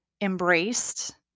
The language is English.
embraced